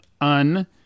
un